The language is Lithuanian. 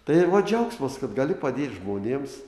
tai va džiaugsmas kad gali padėt žmonėms